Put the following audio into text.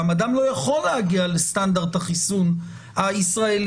אדם לא יכול להגיע לסטנדרט החיסון הישראלי,